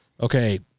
Okay